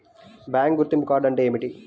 Bank గుర్తింపు card అంటే ఏమిటి?